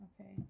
okay